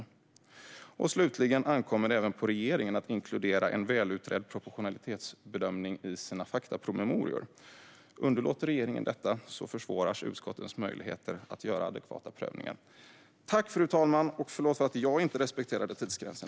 Uppföljning av riks-dagens tillämpning av subsidiaritetsprincipen Slutligen ankommer det även på regeringen att inkludera en välutredd proportionalitetsbedömning i sina faktapromemorior. Underlåter regeringen detta försvåras utskottens möjligheter att göra adekvata prövningar. Tack, fru talman, och förlåt att jag inte respekterade tidsgränsen!